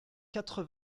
quatre